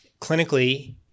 Clinically